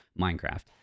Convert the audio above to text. minecraft